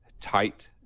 tight